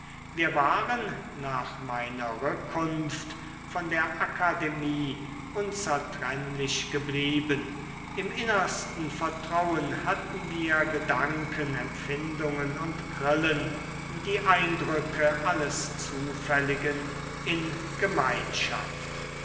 wir waren nach meiner rückkunft von der akademie unzertrennlich geblieben im innersten vertrauen hatten wir gedanken empfindungen und grillen die eindrücke alles zufälligen in gemeinschaft